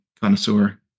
connoisseur